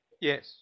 Yes